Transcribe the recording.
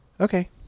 Okay